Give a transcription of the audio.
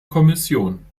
kommission